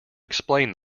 explain